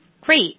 Great